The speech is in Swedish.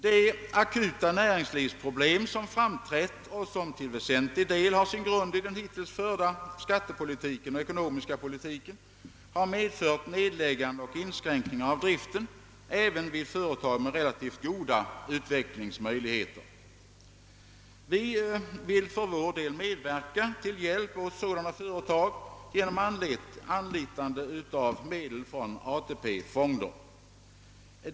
De akuta näringslivsproblem, som framträtt och som till väsentlig del har sin grund i den hittills förda skattepolitiken och den ekonomiska politiken, har medfört nedläggningar av företag och inskränkningar i driften — även vid företag med relativt goda utvecklingsmöjligheter. Vi vill för vår del medverka till hjälp åt sådana företag genom anlitande av medel från AP-fonder.